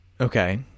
Okay